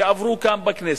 שעברו כאן בכנסת,